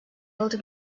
old